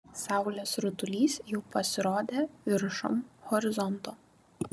saulės rutulys jau pasirodė viršum horizonto